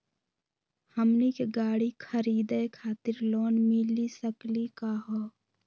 हमनी के गाड़ी खरीदै खातिर लोन मिली सकली का हो?